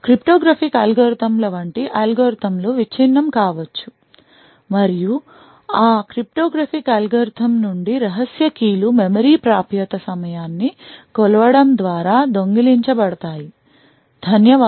cryptographic అల్గోరిథంల వంటి అల్గోరిథంలు విచ్ఛిన్నం కావచ్చు మరియు ఆ cryptographic అల్గోరిథం నుండి రహస్య key లు మెమరీ ప్రాప్యత సమయాన్ని కొలవడం ద్వారా దొంగిలించబడతాయి ధన్యవాదాలు